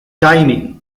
timing